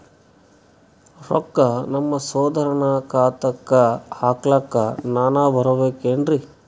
ರೊಕ್ಕ ನಮ್ಮಸಹೋದರನ ಖಾತಾಕ್ಕ ಹಾಕ್ಲಕ ನಾನಾ ಬರಬೇಕೆನ್ರೀ?